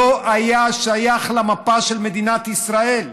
לא היה שייך למפה של מדינת ישראל.